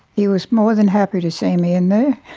he was more than happy to see me in there.